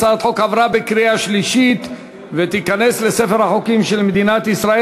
הצעת החוק עברה בקריאה שלישית ותיכנס לספר החוקים של מדינת ישראל.